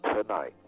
tonight